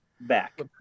back